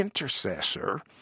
intercessor